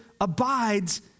abides